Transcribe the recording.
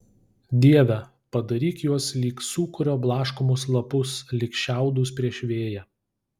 dieve padaryk juos lyg sūkurio blaškomus lapus lyg šiaudus prieš vėją